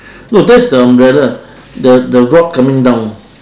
no that's the umbrella the the rock coming down